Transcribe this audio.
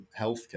healthcare